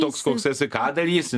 toks koks esi ką darysi